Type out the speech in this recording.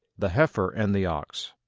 the heifer and the ox